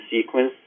sequence